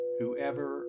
whoever